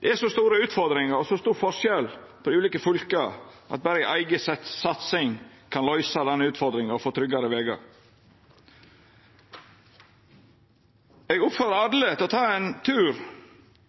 Det er så store utfordringar og så stor forskjell på ulike fylke at berre eiga satsing kan løysa utfordringa og få tryggare vegar. Eg oppmodar alle til å ta ein tur